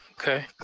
Okay